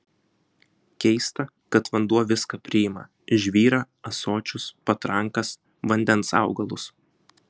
keista kad vanduo viską priima žvyrą ąsočius patrankas vandens augalus